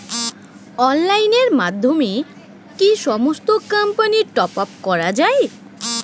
অনলাইনের মাধ্যমে কি সমস্ত কোম্পানির টপ আপ করা যায়?